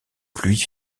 pluie